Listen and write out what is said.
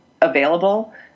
available